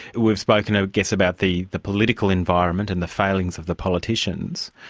we've spoken i guess about the the political environment and the failings of the politicians.